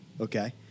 okay